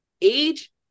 Age